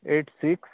eight six